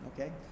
Okay